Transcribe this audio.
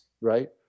Right